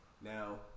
Now